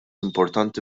importanti